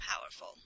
powerful